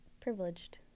Privileged